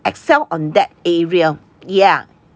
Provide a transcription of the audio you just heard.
excel on that area yeah